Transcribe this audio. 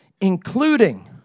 including